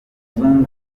muzungu